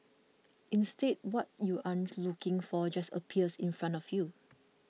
instead what you aren't looking for just appears in front of you